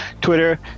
twitter